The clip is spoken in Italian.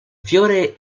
fiore